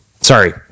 Sorry